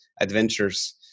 adventures